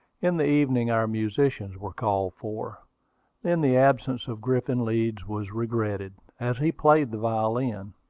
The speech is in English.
in the evening our musicians were called for then the absence of griffin leeds was regretted, as he played the violin